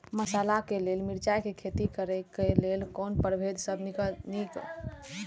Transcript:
मसाला के लेल मिरचाई के खेती करे क लेल कोन परभेद सब निक होयत अछि?